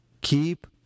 keep